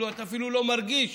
אתה אפילו לא מרגיש